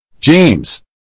james